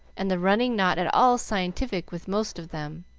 and the running not at all scientific with most of them.